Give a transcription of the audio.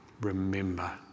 remember